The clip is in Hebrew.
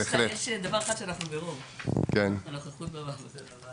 יש דבר אחד שאנחנו ברוב בנוכחות בוועדות.